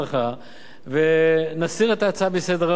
ונסיר את ההצעה מסדר-היום, חברי הכנסת.